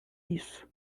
isso